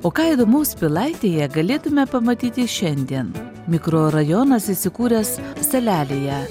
o ką įdomaus pilaitėje galėtume pamatyti šiandien mikrorajonas įsikūręs salelėje